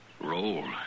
Roll